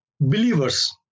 believers